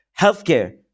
healthcare